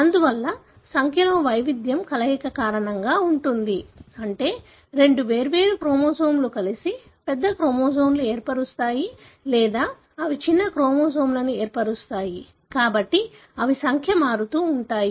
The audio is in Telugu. అందువల్ల సంఖ్యలో వైవిధ్యం కలయిక కారణంగా ఉంటుంది అంటే రెండు వేర్వేరు క్రోమోజోమ్లు కలిసి పెద్ద క్రోమోజోమ్ని ఏర్పరుస్తాయి లేదా అవి చిన్న క్రోమోజోమ్లను ఏర్పరుస్తాయి కాబట్టి అవి సంఖ్య మారుతూ ఉంటాయి